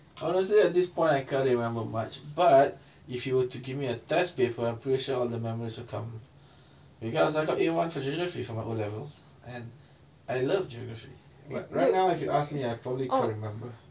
honestly at this point I can't remember much but if you were to give me a test paper I'm pretty sure all the memories will come because I got A one for geography for my O level and I love geography but right now if you ask me I probably can't remember